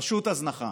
פשוט הזנחה,